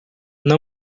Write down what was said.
não